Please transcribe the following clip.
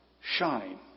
shine